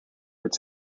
its